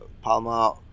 Palma